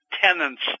tenants